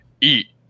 eat